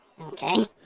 Okay